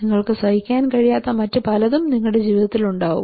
നിങ്ങൾക്ക് സഹിക്കാൻ കഴിയാത്ത മറ്റ് പലതും നിങ്ങളുടെ ജീവിതത്തിൽ ഉണ്ടാകും